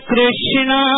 Krishna